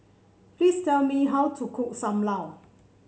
please tell me how to cook Sam Lau